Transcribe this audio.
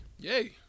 yay